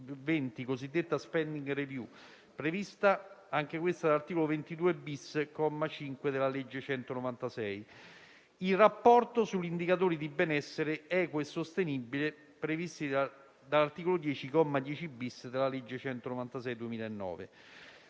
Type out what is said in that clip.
il rapporto sugli indicatori di benessere equo e sostenibile previsti dall'articolo 10, comma 10-*bis*, della legge n.